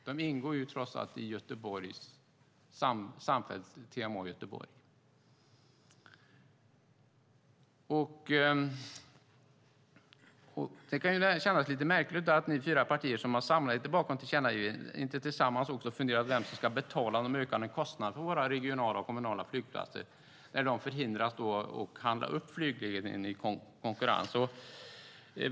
Den ingår trots allt i Göteborgs samfällda TMA. Det känns lite märkligt att ni i de fyra partier som har samlat er bakom tillkännagivandet inte tillsammans också har funderat på vem som ska betala de ökade kostnaderna för våra regionala och kommunala flygplatser när de förhindras att handla upp flygtrafikledning i konkurrens.